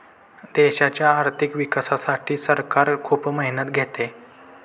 देशाच्या आर्थिक विकासासाठी सरकार खूप मेहनत घेते